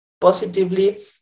positively